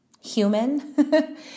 human